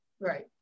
Right